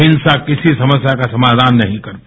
हिंसा किसी समस्या का समाधान नहीं करता